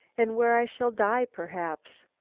and where i shall die, perhaps.